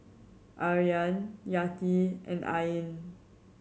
Aryan Yati and Ain